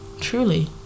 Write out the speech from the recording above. truly